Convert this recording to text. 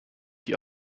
die